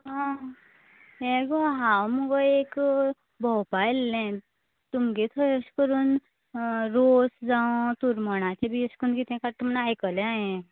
हे गो हांव मगो एक भोंवपा येल्ले तुमगे थंय अशे करून रोस जावं सूरमणांचे बीन अशे किते काडटां म्हण आयकले हाये